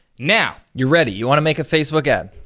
now. you're ready. you wanna make a facebook ad.